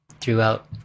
throughout